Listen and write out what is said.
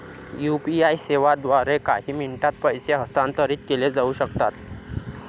UPI सेवांद्वारे काही मिनिटांत पैसे हस्तांतरित केले जाऊ शकतात